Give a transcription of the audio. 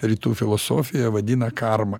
rytų filosofija vadina karma